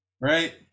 right